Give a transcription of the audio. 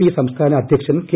P സംസ്ഥാന അധ്യക്ഷൻ K